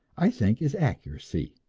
i think, is accuracy.